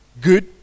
Good